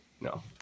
No